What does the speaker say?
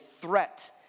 threat